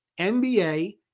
NBA